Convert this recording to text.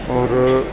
ਔਰ